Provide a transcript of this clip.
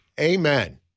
Amen